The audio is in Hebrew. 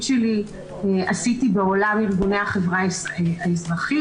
שלי עשיתי בעולם ארגוני החברה האזרחית,